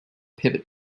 pivot